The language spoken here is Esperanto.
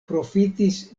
profitis